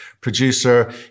producer